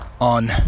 on